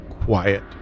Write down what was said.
quiet